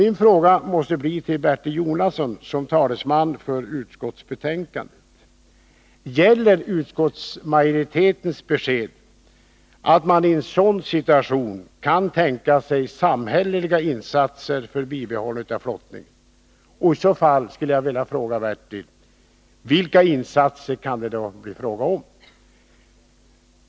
Mina frågor till Bertil Jonasson, som talesman för utskottet, måste bli: Gäller utskottsmajoritetens besked, att man i en sådan situation kan tänka sig samhälleliga insatser för bibehållande av flottningen? Vilka insatser kan det i så fall bli fråga om?